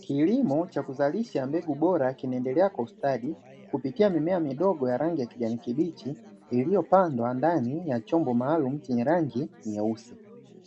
Kilimo cha kuzalisha mbegu bora kinaendelea kustadi kupitia mimea midogo ya kijani kibichi, iliyopandwa ndani ya chombo maalumu chenye rangi nyeusi.